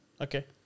Okay